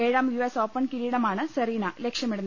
ഏഴാം U S Open കിരീടമാണ് Serena ലക്ഷ്യമിടുന്നത്